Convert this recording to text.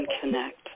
connect